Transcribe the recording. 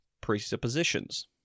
presuppositions